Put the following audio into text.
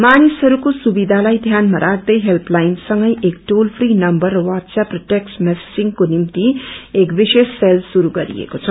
मानिसहरूको सुविधालाइ ध्यानामा रख्द हेल्पलाइन संगै एक टोल फ्री नम्बर र वाटस ऐप र टेक्स मेसेजिङको निम्ति एक विशेष सेल शुरू गरिएको छ